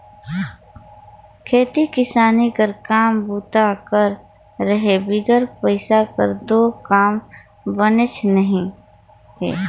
खेती किसानी कर काम बूता कर रहें बिगर पइसा कर दो काम बननेच नी हे